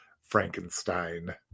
Frankenstein